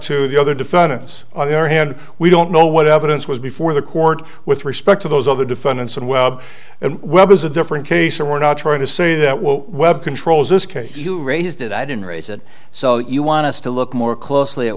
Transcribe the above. to the other defendants on the other hand we don't know what evidence was before the court with respect to those other defendants and web and web is a different case and we're not trying to say that well webb controls this case you raised it i didn't raise it so you want us to look more closely at